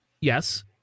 Yes